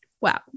Wow